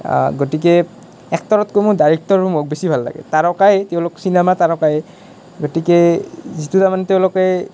গতিকে এক্টৰতকৈ মোৰ ডাইৰেক্টক বেছি ভাল লাগে তাৰকাই তেওঁলোক চিনেমাত তাৰকাই গতিকে যিটো তাৰমানে তেওঁলোকে